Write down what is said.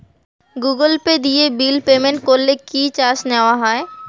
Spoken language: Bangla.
গুগল পে দিয়ে বিল পেমেন্ট করলে কি চার্জ নেওয়া হয়?